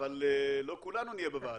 אבל לא כולנו נהיה בוועדה.